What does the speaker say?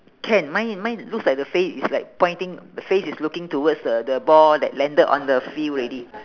can mine mine looks like the face is like pointing the face is looking towards the the ball that landed on the field already